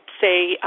say